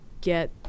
get